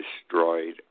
destroyed